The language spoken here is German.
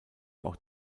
auch